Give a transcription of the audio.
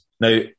Now